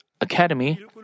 academy